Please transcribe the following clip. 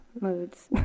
moods